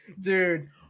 Dude